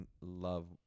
love